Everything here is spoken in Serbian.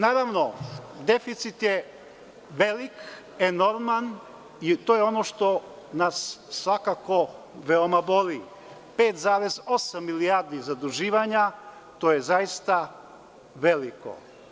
Naravno, deficit je velik, enorman i to je ono što nas svakako veoma boli, 5,8 milijardi zaduživanja, to je zaista veliko.